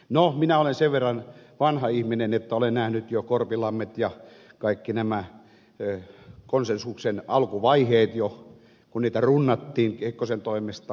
no minä olen sen verran vanha ihminen että olen nähnyt jo korpilammet ja kaikki nämä konsensuksen alkuvaiheet kun niitä runnattiin kekkosen toimesta